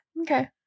Okay